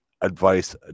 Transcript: advice